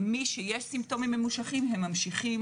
למי שיש סימפטומים ממושכים הם נמשכים